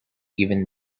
even